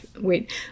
wait